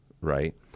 right